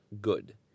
good